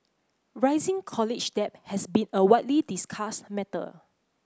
rising college debt has been a widely discussed matter